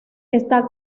esta